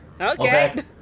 Okay